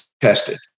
tested